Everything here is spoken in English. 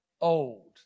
old